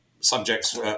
subjects